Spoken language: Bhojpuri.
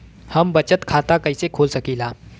हम बचत खाता कईसे खोल सकिला?